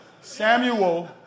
Samuel